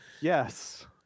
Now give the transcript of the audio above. Yes